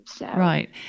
Right